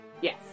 Yes